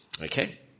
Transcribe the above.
Okay